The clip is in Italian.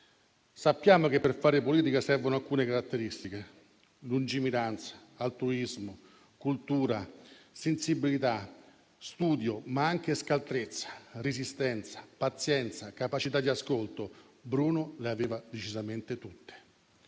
Sappiamo che per fare politica servono alcune caratteristiche: lungimiranza, altruismo, cultura, sensibilità, studio, ma anche scaltrezza, resistenza, pazienza, capacità di ascolto. Bruno le aveva decisamente tutte,